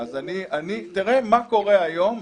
תראה מה קורה היום.